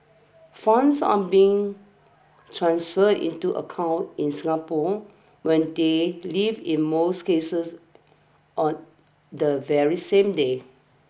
funds are being transferred into accounts in Singapore when they leave in most cases on the very same day